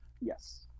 yes